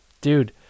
dude